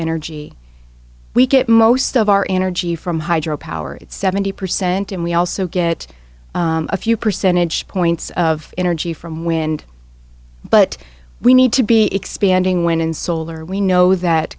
energy we get most of our energy from hydro powered seventy percent and we also get a few percentage points of energy from wind but we need to be expanding wind and solar we know that